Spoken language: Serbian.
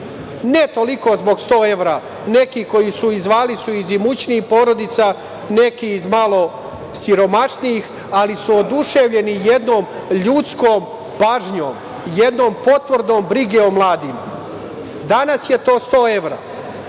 Ne toliko zbog sto evra, neki koji su zvali su iz imućnijih porodica, neki iz malo siromašnijih, ali su oduševljeni jednom ljudskom pažnjom, jednom potvrdom brige o mladima. Danas je to sto evra,